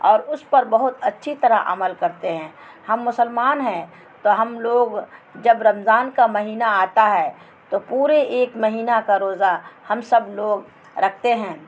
اور اس پر بہت اچھی طرح عمل کرتے ہیں ہم مسلمان ہیں تو ہم لوگ جب رمضان کا مہینہ آتا ہے تو پورے ایک مہینہ کا روزہ ہم سب لوگ رکھتے ہیں